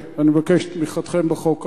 ואני מבקש את תמיכתכם בחוק החשוב.